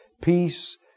peace